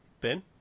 Ben